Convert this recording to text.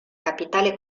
capitale